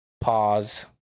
pause